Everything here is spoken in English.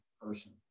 person